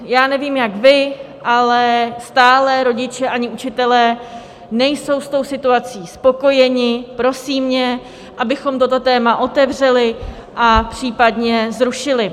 Já nevím, jak vy, ale stále rodiče ani učitelé nejsou s tou situací spokojeni, prosí mě, abychom toto téma otevřeli a případně zrušili.